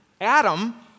Adam